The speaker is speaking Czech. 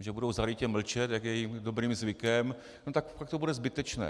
že budou zarytě mlčet, jak je jejich dobrým zvykem, no tak pak to bude zbytečné.